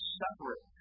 separate